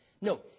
No